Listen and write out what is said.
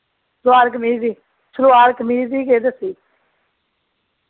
सलवार कमीज दी सलवार कमीज दी केह् दस्सी